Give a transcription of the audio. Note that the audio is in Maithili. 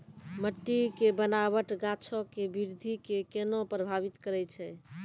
मट्टी के बनावट गाछो के वृद्धि के केना प्रभावित करै छै?